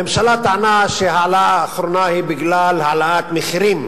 הממשלה טענה שההעלאה האחרונה היא בגלל העלאת מחירים,